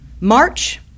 March